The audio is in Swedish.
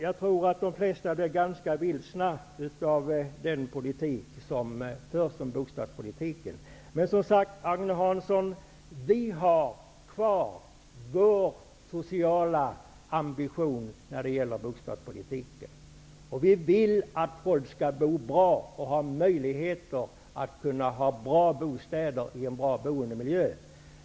Jag tror att de flesta blir ganska vilsna när det gäller bostadspolitiken. Agne Hansson, vi har kvar vår sociala ambition när det gäller bostadspolitiken. Vi vill att folk skall bo bra och ha möjligheter att ha bra bostäder i en bra boendemiljö.